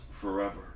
forever